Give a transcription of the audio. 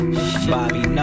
Bobby